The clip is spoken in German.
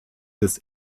des